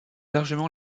largement